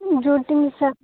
ଯୋଉଟି ଇଚ୍ଛା